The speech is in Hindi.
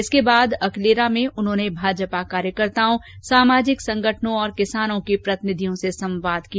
इसके बाद अकलेरा पहुंचकर उन्होंने भाजपा कार्यकर्ताओं सामाजिक संगठनों और किसानों के प्रतिनिधियों से संवाद किया